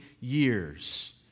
years